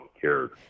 cared